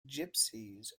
gypsies